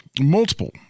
Multiple